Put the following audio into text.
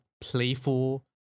playful